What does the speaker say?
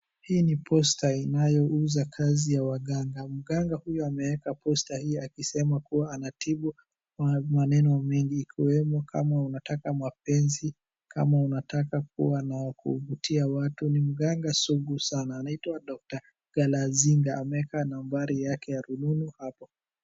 Hii no posta inayouza kazi ya waganga. Mganga huyu ameweka posta hii akisema kuwa anatibu maneno mengi ikiwemo, kama unataka mapenzi, kama unataka kuwa na kuvutia watu. Ni mganga sugu sana, anaitwa Dr. Galazinga, ameeka nambari yake ya rununu hapo.